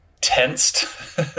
tensed